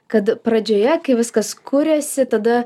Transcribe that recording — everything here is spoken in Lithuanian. kad pradžioje kai viskas kuriasi tada